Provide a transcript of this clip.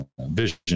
vision